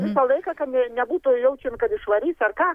visą laiką kad nebūtų jaučiaum kad išvarys ar ką